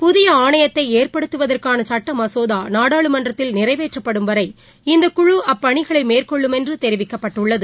புதிய ஆணையத்தைஏற்படுத்துவதற்கானசுட்டமசோதா நாடாளுமன்றத்தில் நிறைவேற்றப்படும்வரை இந்தக்குழுஅப்பணிகளைமேற்கொள்ளும் என்றுதெரிவிக்கப்பட்டுள்ளது